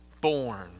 born